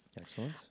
Excellent